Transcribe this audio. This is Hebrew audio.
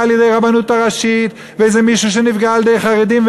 על-ידי הרבנות הראשית ואיזה מישהו שנפגע על-ידי החרדים,